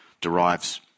derives